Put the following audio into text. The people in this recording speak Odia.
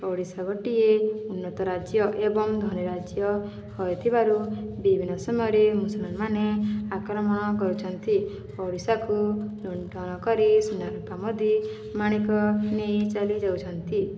ଓଡ଼ିଶା ଗୋଟିଏ ଉନ୍ନତ ରାଜ୍ୟ ଏବଂ ଧନୀ ରାଜ୍ୟ ହୋଇଥିବାରୁ ବିଭିନ୍ନ ସମୟରେ ମୁସଲିମମାନେ ଆକ୍ରମଣ କରିଛନ୍ତି ଓଡ଼ିଶାକୁ ଲୁଣ୍ଠନ କରି ସୁନା ରୂପା ମୋତି ମାଣିକ ନେଇ ଚାଲି ଯାଉଛନ୍ତି